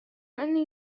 أني